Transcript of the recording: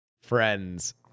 friends